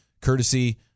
courtesy